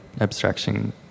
abstraction